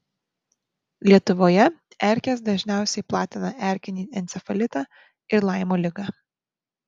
lietuvoje erkės dažniausiai platina erkinį encefalitą ir laimo ligą